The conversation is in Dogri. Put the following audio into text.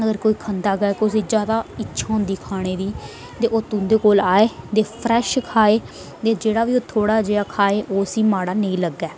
अगर कुछ खंदा गै एह कुसै गी ज्यादा गै इच्छा होंदी खाने दी ते ओह् तुंदे कोल आए ते फ्रेश खाए ते ओह् थोह्डा जेहा खाए माड़ा नेईं लगदा